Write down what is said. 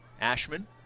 Ashman